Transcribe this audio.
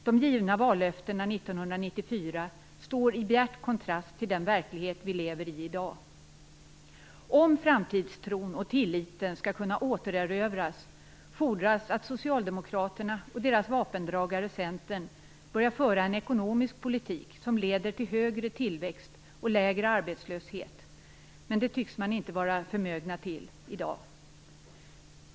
De år 1994 avgivna vallöftena står i bjärt kontrast till den verklighet som vi i dag lever i. Om framtidstron och tilliten skall kunna återerövras fordras det att Socialdemokraterna och deras vapendragare Centern börjar föra en ekonomisk politik som leder till högre tillväxt och lägre arbetslöshet, men det tycks man inte vara förmögen till i dag.